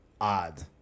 odd